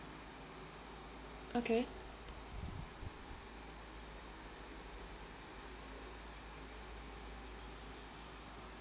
okay